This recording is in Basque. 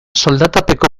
soldatapeko